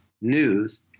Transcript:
news